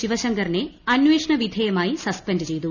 ശിവശങ്കറിനെ അന്വേഷണ വിധേയമായി സസ്പെൻഡ് ചെയ്തു